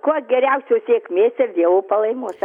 kuo geriausios sėkmės ir dievo palaimos